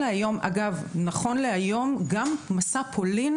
נכון להיום גם מסע פולין